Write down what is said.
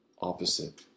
opposite